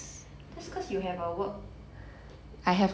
that's cause you have a work